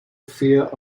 fear